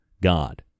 God